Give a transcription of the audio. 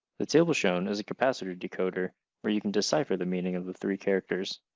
the table shown is a capacitor decoder where you can decipher the meaning of the three characters.